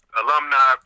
alumni